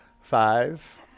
Five